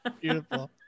beautiful